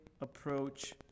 approach